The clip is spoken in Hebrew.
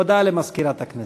הודעה למזכירת הכנסת.